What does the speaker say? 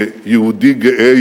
כיהודי גאה,